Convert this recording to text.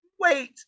wait